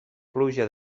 pluja